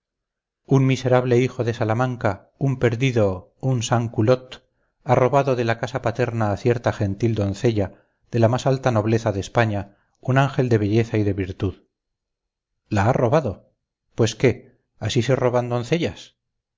un miserable hijo de salamanca un perdido un sans culotteha robado de la casa paterna a cierta gentil doncella de la más alta nobleza de españa un ángel de belleza y de virtud la ha robado pues qué así se roban doncellas